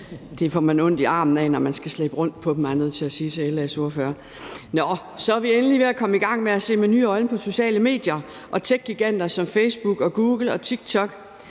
dem, er jeg nødt til at sige til LA's ordfører. Nå, så er vi endelig ved at komme i gang med at se med nye øjne på sociale medier og techgiganter som Facebook og Google og TikTok.